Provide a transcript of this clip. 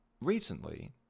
recently